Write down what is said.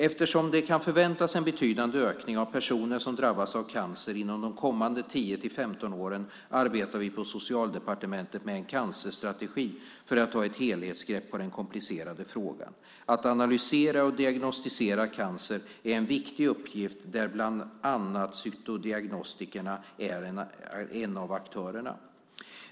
Eftersom man kan vänta sig en betydande ökning av personer som drabbas av cancer inom de kommande 10-15 åren arbetar vi på Socialdepartementet med en cancerstrategi för att ta ett helhetsgrepp om den komplicerade frågan. Att analysera och diagnostisera cancer är en viktig uppgift där bland annat cytodiagnostikern är en av aktörerna.